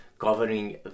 covering